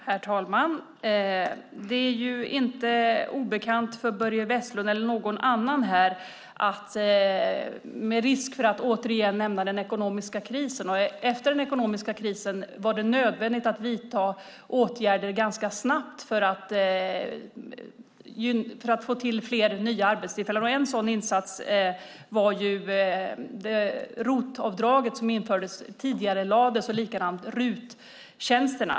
Herr talman! Det är inte obekant för Börje Vestlund eller någon annan att det efter den ekonomiska krisen var nödvändigt att vidta åtgärder ganska snabbt för att få fram nya arbetstillfällen. En sådan insats var ROT-avdraget som tidigarelades, liksom RUT-tjänsterna.